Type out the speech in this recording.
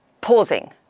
pausing